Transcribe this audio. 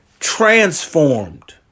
Transformed